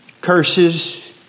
curses